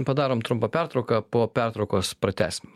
padarom trumpą pertrauką po pertraukos pratęsim